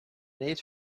need